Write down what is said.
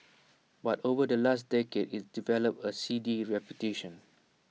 but over the last decade IT developed A seedy reputation